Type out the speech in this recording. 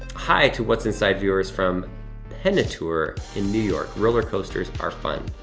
hi to what's inside viewers from penitor in new york. roller coasters are fun,